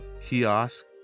kiosk